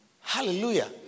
Hallelujah